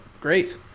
Great